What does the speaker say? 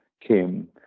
came